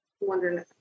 wondering